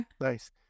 Nice